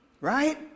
Right